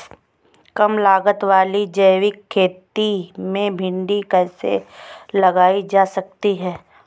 कम लागत वाली जैविक खेती में भिंडी कैसे लगाई जा सकती है?